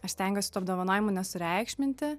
aš stengiuosi tų apdovanojimų nesureikšminti